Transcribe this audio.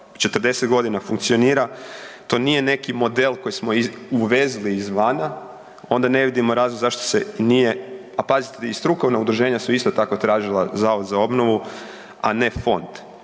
40.g. funkcionira, to nije neki model koji smo uvezli izvana, onda ne vidimo razlog zašto se nije, a pazite i strukovna udruženja su isto tako tražila Zavod za obnovu, a ne fond